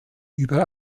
über